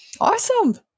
awesome